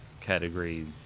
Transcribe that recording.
category